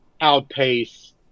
outpace